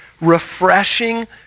refreshing